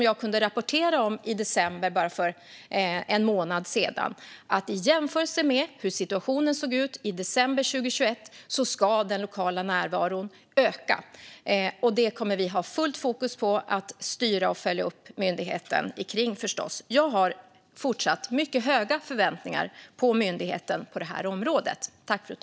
Jag kunde rapportera om detta i december, för bara en månad sedan, då jag sa att i jämförelse med hur situationen såg ut i december 2021 ska den lokala närvaron öka. Vi kommer förstås att ha fullt fokus på att styra och följa upp myndigheten när det gäller detta, och jag har fortsatt mycket höga förväntningar på myndigheten på området.